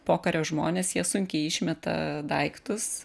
pokario žmonės jie sunkiai išmeta daiktus